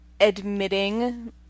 admitting